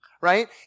right